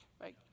right